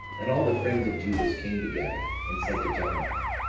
and all the friends of judas came together, and said to jonathan